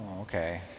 okay